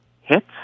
hits